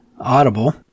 Audible